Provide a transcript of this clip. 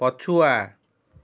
ପଛୁଆ